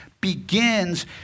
begins